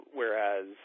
whereas